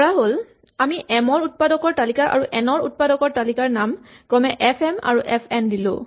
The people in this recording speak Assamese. ধৰাহ'ল আমি এম ৰ উৎপাদকৰ তালিকা আৰু এন উৎপাদকৰ তালিকাৰ নাম ক্ৰমে এফ এম আৰু এফ এন দিলো